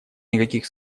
никаких